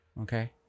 Okay